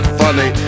funny